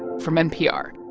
from npr